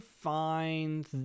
find